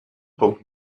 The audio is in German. punkt